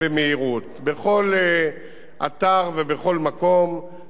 בכל אתר ובכל מקום זו המדיניות,